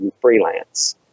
freelance